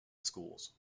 schools